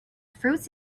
fruits